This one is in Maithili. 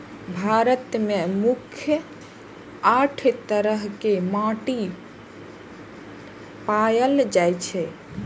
भारत मे मुख्यतः आठ तरह के माटि पाएल जाए छै